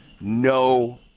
no